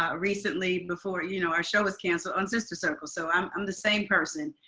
ah recently. before, you know our show was canceled on sister circle. so i'm um the same person,